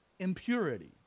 impurity